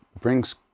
brings